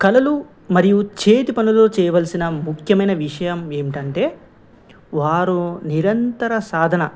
కళలు మరియు చేతి పనులో చేయవలసిన ముఖ్యమైన విషయం ఏమిటంటే వారు నిరంతర సాధన